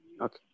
Okay